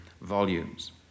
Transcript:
volumes